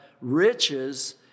riches